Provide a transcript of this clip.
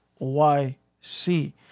YC